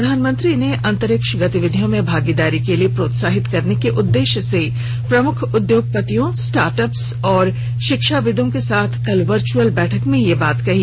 प्रधानमंत्री ने अंतरिक्ष गतिविधियों में भागीदारी के लिए प्रोत्साहित करने के उद्देश्य से प्रमुख उद्योगपतियों स्टार्टअप्स और शिक्षाविदों के साथ कल वर्चअल बैठक में यह बात कही